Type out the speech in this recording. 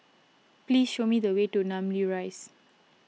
please show me the way to Namly Rise